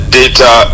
data